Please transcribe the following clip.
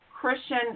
Christian